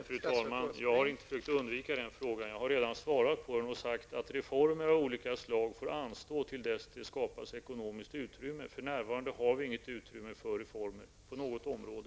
Fru talman! Jag har inte försökt undvika den frågan. Jag har redan svarat på den och sagt att reformer av olika slag får anstå till dess det skapas ekonomiskt utrymme. För närvarande har vi inget utrymme för reformer på något område.